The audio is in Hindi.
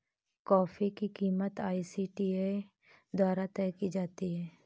कॉफी की कीमत आई.सी.टी.ए द्वारा तय की जाती है